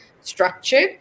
structured